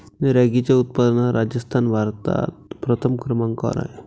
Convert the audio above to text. रॅगीच्या उत्पादनात राजस्थान भारतात प्रथम क्रमांकावर आहे